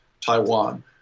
Taiwan